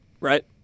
Right